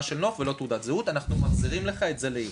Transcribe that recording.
של נוף ולא תעודת זהות ואנחנו מחזירים לך את זה לערעור.